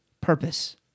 purpose